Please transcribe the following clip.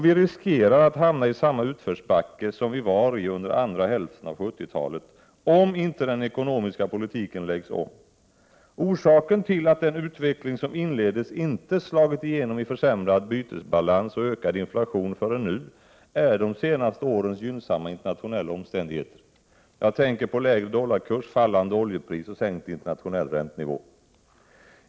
Vi riskerar att hamna i samma utförsbacke som vi var i under andra hälften av 70-talet, om inte den ekonomiska politiken läggs om. Orsaken till att den utveckling som inleddes inte slagit igenom i försämrad bytesbalans och ökad inflation förrän nu är de senaste årens gynnsamma internationella omständigheter. Jag tänker då på lägre dollarkurs, fallande oljepris och sänkt internationell räntenivå.